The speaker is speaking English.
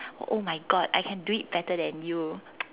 oh my god I can do it better than you